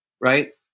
Right